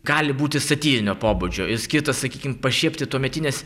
gali būti satyrinio pobūdžio ir skirtas sakykim pašiepti tuometines